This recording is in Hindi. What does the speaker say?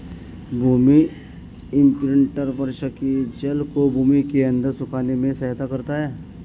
भूमि इम्प्रिन्टर वर्षा के जल को भूमि के अंदर सोखने में सहायता करता है